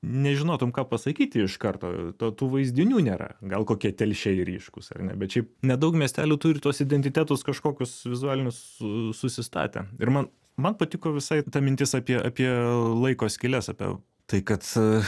nežinotum ką pasakyti iš karto to tų vaizdinių nėra gal kokie telšiai ryškūs ar ne bet šiaip nedaug miestelių turi tuos identitetus kažkokius vizualinius su susistatę ir man man patiko visai ta mintis apie apie laiko skyles apie tai kad